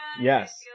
Yes